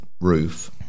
roof